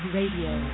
Radio